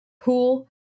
pool